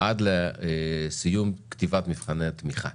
עד לסיום כתיבת מבחני התמיכה,